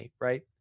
right